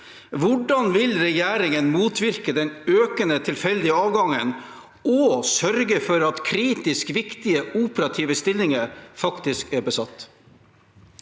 Hvordan vil regjeringen motvirke den økende tilfeldige avgangen og sørge for at kritisk viktige operative stillinger faktisk er besatt?